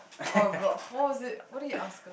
all rock how was it what did you ask